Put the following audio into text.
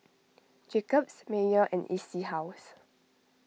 Jacob's Mayer and E C House